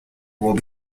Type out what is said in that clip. will